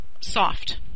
soft